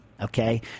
Okay